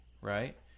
right